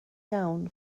iawn